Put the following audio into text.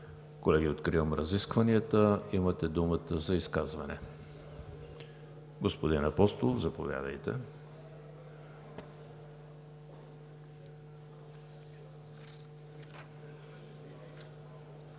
Колеги, откривам разискванията. Имате думата за изказване. Господин Апостолов, заповядайте.